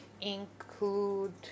include